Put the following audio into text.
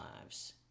lives